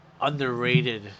underrated